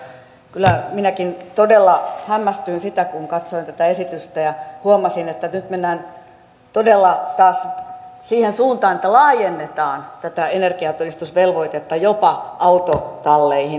kyllä minäkin todella hämmästyin siitä kun katsoin tätä esitystä ja huomasin että nyt mennään todella taas siihen suuntaan että laajennetaan tätä energiatodistusvelvoitetta jopa autotalleihin